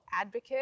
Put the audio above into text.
advocate